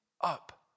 up